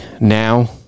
now